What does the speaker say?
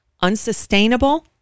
unsustainable